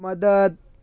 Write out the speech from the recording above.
مدد